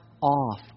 off